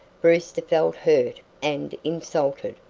brewster felt hurt and insulted,